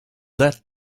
that